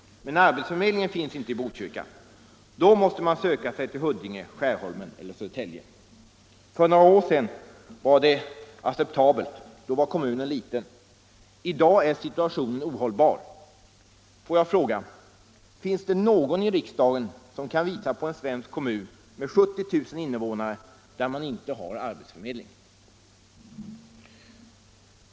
Men arbetsförmedling finns inte i Botkyrka. Vill man anlita arbetsförmedlingen måste man söka sig till Huddinge, Skärholmen eller Södertälje. För några år sedan var det acceptabelt. Då var kommunen liten. I dag är situationen ohållbar. Får jag fråga: Finns det någon i riksdagen som kan visa på en annan svensk kommun med 70 000 innevånare där man inte har arbetsförmedling?